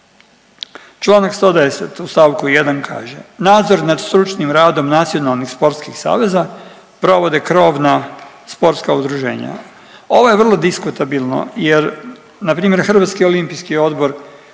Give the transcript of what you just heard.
Članak 110. u stavku 1. kaže: „Nadzor nad stručnim radom nacionalnih sportskih saveza provode krovna sportska udruženja.“ Ovo je vrlo diskutabilno jer na primjer Hrvatski olimpijski odbor